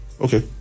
Okay